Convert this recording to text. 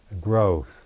growth